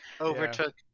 overtook